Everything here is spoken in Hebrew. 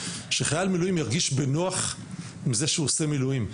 שחייל מילואים ירגיש בנוח עם זה שהוא עושה מילואים.